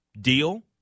Deal